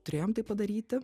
turėjom tai padaryti